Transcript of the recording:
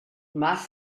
must